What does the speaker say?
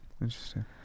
Interesting